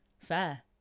fair